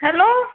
hello